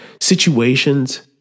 situations